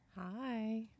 Hi